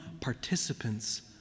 participants